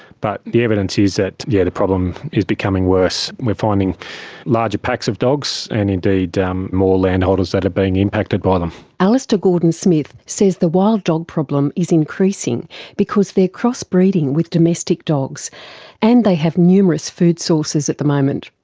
but the evidence is that yeah the problem is becoming worse. we are finding larger packs of dogs and indeed more landholders that have been impacted by them. alistair gordon-smith says the wild dog problem is increasing because they are crossbreeding with domestic dogs and they have numerous food sources at the moment.